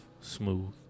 Smooth